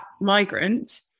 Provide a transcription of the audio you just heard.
migrant